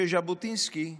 שז'בוטינסקי הנהדר,